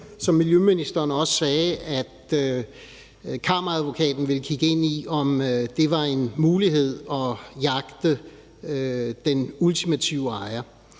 Som miljøministeren også sagde, vil Kammeradvokaten kigge ind i, om det var en mulighed at jagte den ultimative ejer.